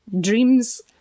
Dreams